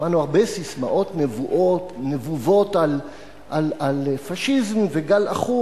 שמענו הרבה ססמאות נבובות על פאשיזם וגל עכור,